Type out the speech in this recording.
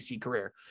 career